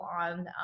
on